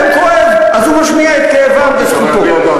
שלך כבר סיימה לדבר.